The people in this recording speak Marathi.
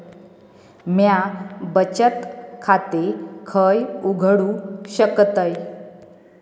म्या बचत खाते खय उघडू शकतय?